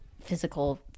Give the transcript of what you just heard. physical